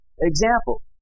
example